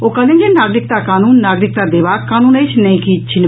ओ कहलनि जे नागरिकता कानून नागरिकता देबाक कानून अछि नहिकी छीन